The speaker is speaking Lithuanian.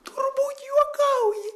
turbūt juokauji